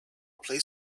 play